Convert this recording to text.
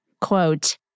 Quote